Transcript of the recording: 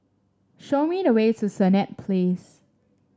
show me the way to Senett Place